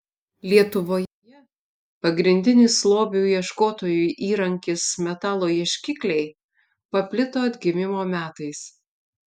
lietuvoje pagrindinis lobių ieškotojų įrankis metalo ieškikliai paplito atgimimo metais